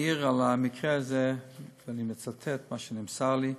העיר על המקרה הזה, ואני מצטט מה שנמסר לי: